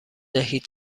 دهید